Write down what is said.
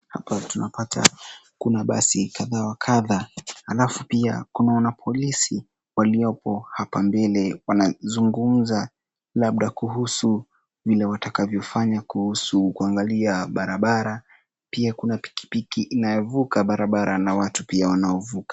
Hapa tunapata kuna basi kadha wa kadha. Halafu pia kuna wanapolisi, waliopo hapa mbele, wanazungumza labda kuhusu vile watakavyofanya kuhusu kuangalia barabara. Pia kuna pikipiki inayovuka barabara, na watu pia wanaovuka.